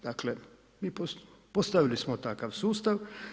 Dakle, postavili smo takav sustav.